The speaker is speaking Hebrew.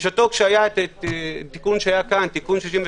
בשעתו כשהיה תיקון 66 לחסד"פ,